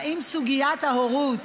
האם סוגיית ההורות